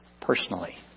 Personally